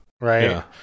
Right